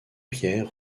pierres